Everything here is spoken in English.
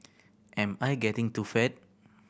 am I getting too fat